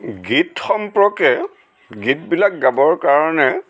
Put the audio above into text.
গীত সম্পৰ্কে গীতবিলাক গাবৰ কাৰণে